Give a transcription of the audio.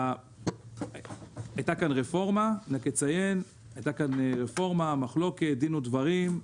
הייתה כאן רפורמה, מחלוקת, דין ודברים.